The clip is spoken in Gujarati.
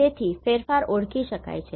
તેથી ફેરફારો ઓળખી શકાય છે